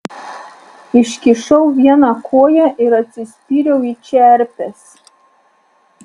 iškišau vieną koją ir atsispyriau į čerpes